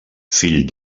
fill